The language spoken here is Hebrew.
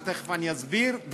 ותכף אני אסביר,